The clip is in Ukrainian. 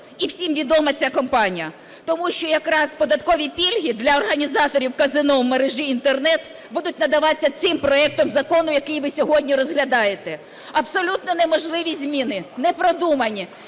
і всім відома ця компанія. Тому що якраз податкові пільги для організаторів казино в мережі Інтернет будуть надаватися цим проектом закону, який ви сьогодні розглядаєте. Абсолютно неможливі зміни, непродумані.